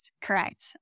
Correct